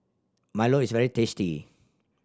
milo is very tasty